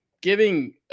giving